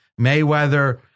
Mayweather